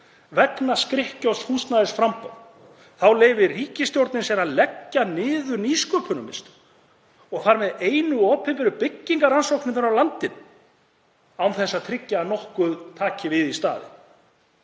vegna skrykkjótts húsnæðisframboðs, þá leyfir ríkisstjórnin sér að leggja niður Nýsköpunarmiðstöð og þar með einu opinberu byggingarrannsóknirnar á landinu án þess að tryggja að nokkuð taki við í staðinn.